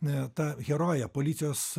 e ta herojė policijos